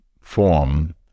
form